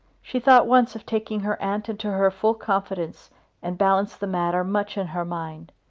she thought once of taking her aunt into her full confidence and balanced the matter much in her mind.